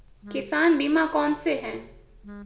किसान बीमा कौनसे हैं?